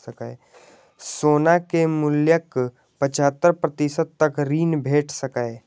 सोना के मूल्यक पचहत्तर प्रतिशत तक ऋण भेट सकैए